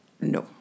No